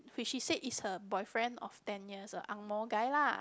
which she said is her boyfriend of ten years a Ang-Moh guy lah